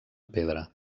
pedra